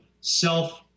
self